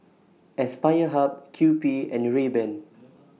Aspire Hub Kewpie and Rayban